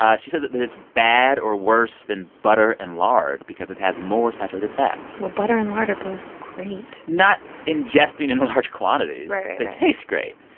um she says that it's bad or worse than butter and lard because it has more saturated fat well, butter and lard are both great not ingesting in large quantities right they taste great.